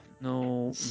no